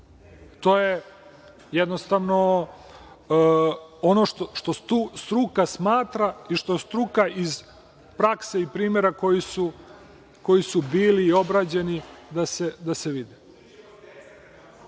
To je jednostavno ono što struka smatra i što struka iz prakse i primera koji su bili i obrađeni da se vide.